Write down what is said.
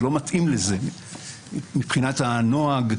זה לא מתאים לזה מבחינת הנוהג,